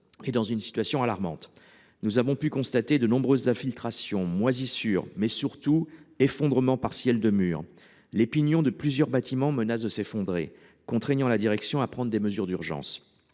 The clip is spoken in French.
est dans une situation alarmante. Nous avons pu constater de nombreuses infiltrations, moisissures, mais surtout l’effondrement partiel de murs ; les pignons de plusieurs bâtiments menacent de s’effondrer, contraignant la direction à prendre des mesures d’urgence.